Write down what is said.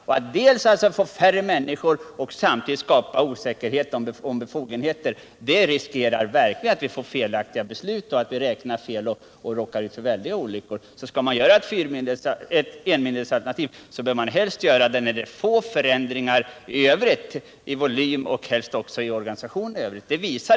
Om man både får färre människor och skapar osäkerhet om befogenheter löper man verkligen risk att få felaktiga beslut, räkna fel och råka ut för andra olyckor. Skall man införa enmyndighetsalternativ bör man helst göra det när det är få förändringar i övrigt i volym och helst också i organisationen i övrigt.